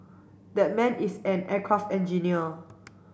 that man is an aircraft engineer